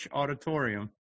auditorium